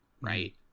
Right